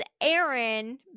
Aaron